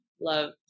love